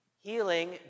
healing